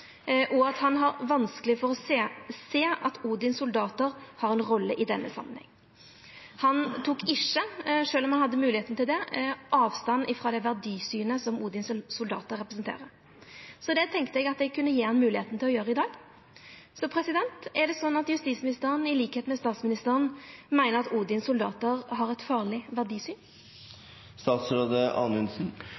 og at han har vanskeleg for å sjå at Odins soldater har ei rolle i denne samanhengen. Han tok ikkje, sjølv om han hadde moglegheita til det, avstand frå det verdisynet som Odins soldater representerer. Så det tenkte eg at eg kunne gje han moglegheita til å gjera i dag. Er det sånn at justisministeren til liks med statsministeren meiner at Odins soldater har eit farleg verdisyn?